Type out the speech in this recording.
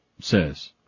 says